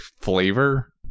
flavor